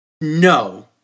No